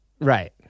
Right